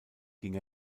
ging